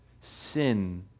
Sin